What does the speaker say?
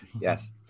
Yes